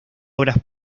obras